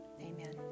Amen